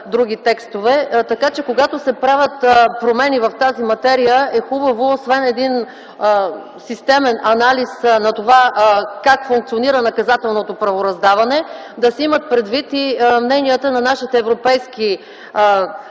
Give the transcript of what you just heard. други текстове. Така че когато се правят промени в тази материя, е хубаво освен един системен анализ на това как функционира наказателното правораздаване, да се имат предвид и мненията на нашите европейски партньори.